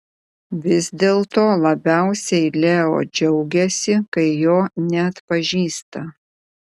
vis dėlto labiausiai leo džiaugiasi kai jo neatpažįsta